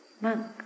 monk